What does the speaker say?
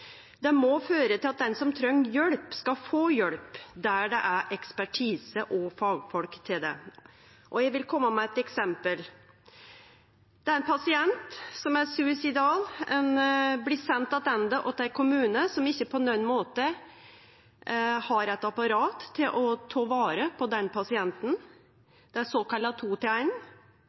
Det må føre til at den som treng hjelp, skal få hjelp der det er ekspertise og fagfolk til det. Eg vil kome med eit eksempel: Det er ein pasient som er suicidal, som blir send attende til ein kommune som ikkje på nokon måte har eit apparat til å ta vare på den pasienten. Det er såkalla